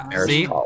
See